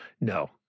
no